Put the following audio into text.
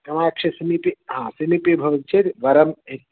गवाक्षसमीपे हा समीपे भवति चेत् वरम्